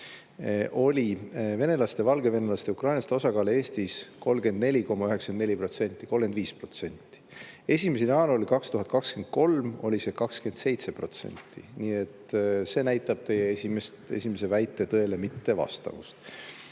oli venelaste, valgevenelaste ja ukrainlaste osakaal Eestis 34,94%, [peaaegu] 35%. 1. jaanuaril 2023 oli see 27%. Nii et see näitab teie esimese väite tõele mittevastavust.